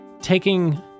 Taking